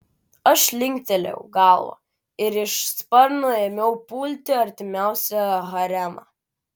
aš linktelėjau galvą ir iš sparno ėmiau pulti artimiausią haremą